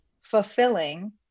fulfilling